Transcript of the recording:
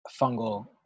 fungal